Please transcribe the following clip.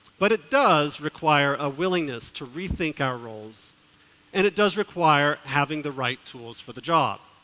but it does require a willingness to rethink our roles and it does require having the right tools for the job.